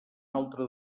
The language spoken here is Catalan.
altre